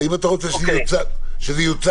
האם אתה רוצה שזה יוצג כאן?